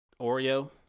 Oreo